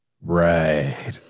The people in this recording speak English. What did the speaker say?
Right